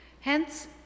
Hence